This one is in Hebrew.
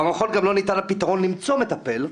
במכון גם לא ניתן הפתרון למצוא מטפל,